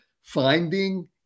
finding